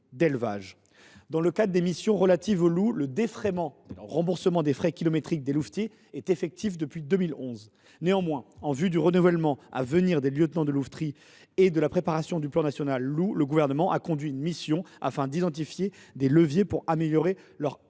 Dans le cadre des missions relatives au loup, le défraiement et le remboursement des frais kilométriques des louvetiers sont effectifs depuis 2011. Néanmoins, en vue du renouvellement à venir des lieutenants de louveterie et de la préparation du plan national d’actions sur le loup, le Gouvernement a conduit une mission, afin d’identifier des leviers pour améliorer leur